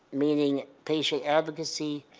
meaning patient advocacy,